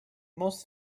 most